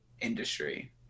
industry